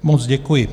Moc děkuji.